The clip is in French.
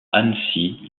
annecy